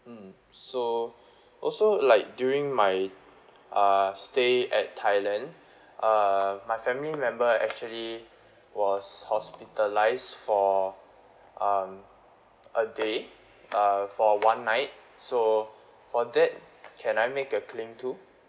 mm so also like during my uh stay at thailand uh my family member actually was hospitalised for um a day uh for one night so for that can I make a claim too